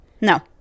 No